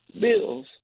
bills